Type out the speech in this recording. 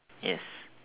yes